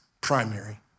primary